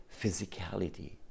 physicality